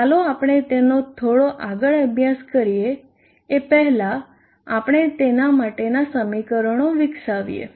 ચાલો આપણે તેનો થોડો આગળ અભ્યાસ કરીએ એ પહેલાં આપણે તેના માટે સમીકરણો વિકસાવીએ